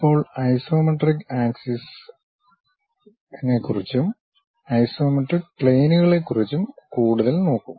ഇപ്പോൾ ഐസോമെട്രിക് ആക്സിസ്നേ കുറിച്ചും ഐസോമെട്രിക് പ്ലെയിനുകളെക്കുറിച്ചും കൂടുതൽ നോക്കും